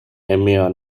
emmy